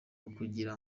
ukugira